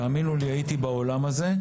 תאמינו לי, הייתי בעולם הזה.